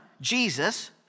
Jesus